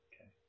okay